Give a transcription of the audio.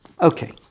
Okay